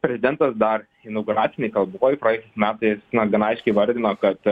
prezidentas dar inauguracinėj kalboj praėjusiais metais na gana aiškiai įvardino kad